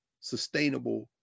sustainable